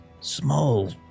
small